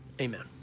Amen